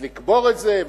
אז לקבור את זה,